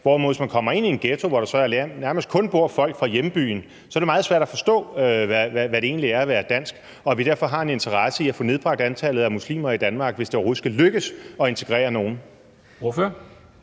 hvorimod hvis man kommer ind i en ghetto, hvor der nærmest kun bor folk fra hjembyen, så er det meget svært at forstå, hvad det egentlig er at være dansk, og vi har derfor en interesse i at få nedbragt antallet af muslimer i Danmark, hvis det overhovedet skal lykkes at integrere nogen.